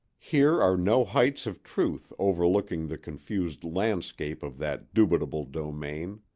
here are no heights of truth overlooking the confused landscape of that dubitable domain.